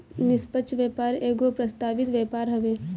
निष्पक्ष व्यापार एगो प्रस्तावित व्यापार हवे